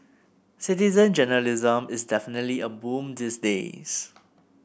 citizen journalism is definitely a boom these days